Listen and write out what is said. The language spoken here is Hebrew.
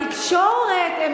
בתקשורת הם